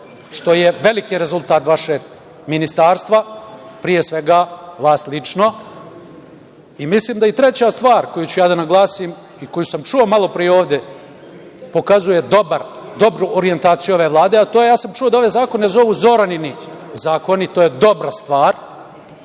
što je veliki rezultat vašeg ministarstva, pre svega vas lično. Mislim da i treća stvar koju ću da naglasim i koju sama čuo malopre ovde pokazuje dobru orijentaciju ove Vlade, a to je da sam čuo da ove zakone zovu Zoranini zakoni, to je dobra stvar